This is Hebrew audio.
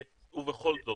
ובכל זאת,